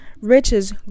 riches